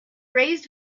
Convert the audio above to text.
raised